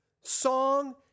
song